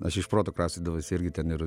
aš iš proto kraustydavausi irgi ten ir